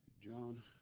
John